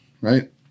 right